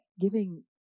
giving